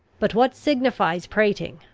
but what signifies prating?